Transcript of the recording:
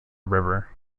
river